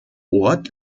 ort